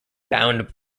bound